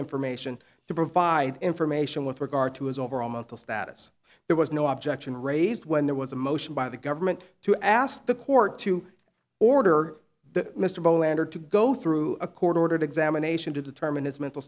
information to provide information with regard to his overall mental status there was no objection raised when there was a motion by the government to ask the court to order that mr boehner to go through a court ordered examination to determine his mental